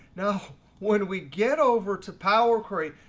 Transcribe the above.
now when we get over to power query,